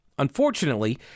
Unfortunately